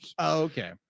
Okay